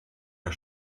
der